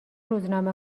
روزنامه